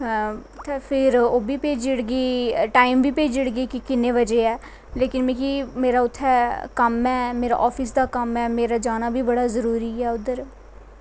ते टाईम बी भेजी ओड़गी कि किन्ने बज़े ऐ लेकिन मेरा उत्थें कम्म ऐ कम्म ऐ मेरा जाना बी बड़ा जरूरी ऐ उध्दर